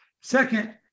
Second